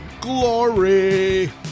glory